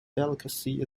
delicacy